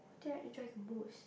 that I enjoy the most